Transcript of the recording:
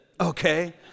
Okay